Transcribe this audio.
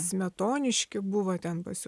smetoniški buvo ten pas